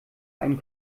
einen